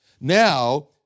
now